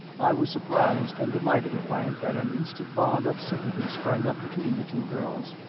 i was surprised and delighted to find that an instant bond of sympathy sprang up between the two girls.